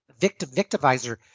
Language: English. victim-victimizer